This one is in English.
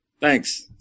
Thanks